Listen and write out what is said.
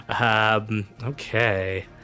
okay